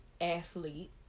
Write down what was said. athlete